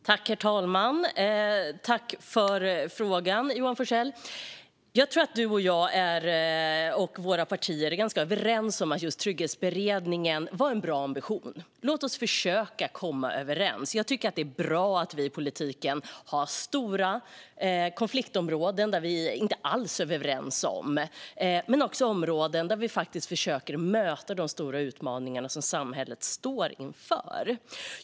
Herr talman! Tack, Johan Forssell, för frågan! Jag tror att du och jag och våra partier är ganska överens om att just Trygghetsberedningen var en bra ambition. Låt oss försöka komma överens! Jag tycker att det är bra att vi i politiken har stora konfliktområden där vi inte alls är överens, men också områden där vi faktiskt försöker möta de stora utmaningar som samhället står inför.